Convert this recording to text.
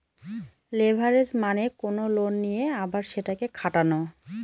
leverage মানে কোনো loan নিয়ে আবার সেটাকে খাটানো